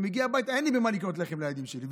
אני מגיע הביתה ואין לי במה לקנות לחם לילדים שלי.